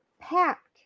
packed